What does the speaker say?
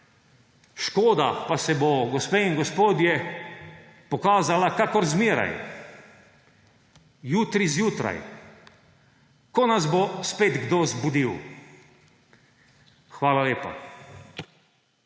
škoda pa se bo, gospe in gospodje, pokazala kakor zmeraj, jutri zjutraj, ko nas bo spet kdo zbudil. Hvala lepa.